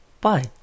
bye